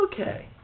Okay